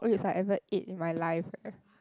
ribs I ever ate in my life leh